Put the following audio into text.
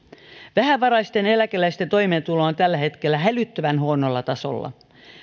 vähävaraisten eläkeläisten toimeentulo on tällä hetkellä hälyttävän huonolla tasolla